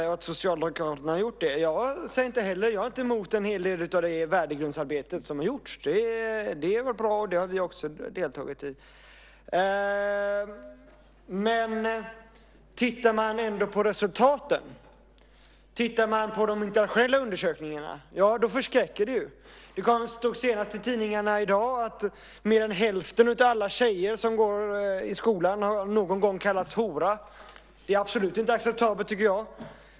Herr talman! Mikael Damberg säger att Socialdemokraterna har jobbat mycket med detta. En hel del av det värdegrundsarbete som har gjorts är jag inte emot. Det har varit bra, och det har vi också deltagit i. Men tittar man på resultaten, på de internationella undersökningarna, förskräcker de. Det stod i tidningarna senast i dag att mer än hälften av alla tjejer som går i skolan någon gång har kallats hora. Det är absolut inte acceptabelt, tycker jag.